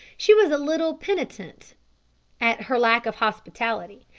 she was a little penitent at her lack of hospitality,